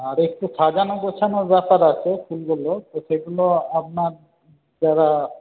আচ্ছা আর একটু সাজানো গোছানোর ব্যাপার আছে ফুলগুলো তো সেগুলো আপনার যারা